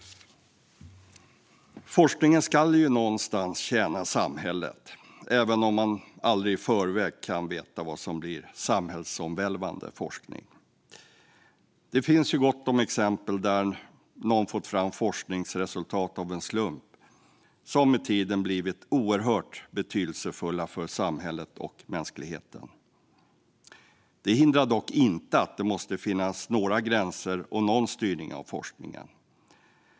Forskningen ska ju någonstans tjäna samhället, även om man aldrig i förväg kan veta vad som blir samhällsomvälvande forskning. Det finns gott om exempel där någon fått fram forskningsresultat av en slump som med tiden blivit oerhört betydelsefulla för samhället och mänskligheten. Det hindrar dock inte att det måste finnas några gränser och någon styrning av forskningen.